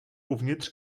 uvnitř